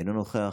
אינו נוכח.